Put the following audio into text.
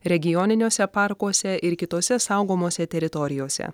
regioniniuose parkuose ir kitose saugomose teritorijose